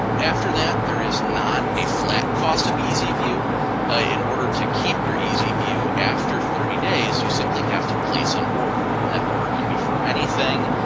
after that, there is not a flat cost of easy view in order to keep your easy view after thirty days, you simply have to place an order and that order can be for anything.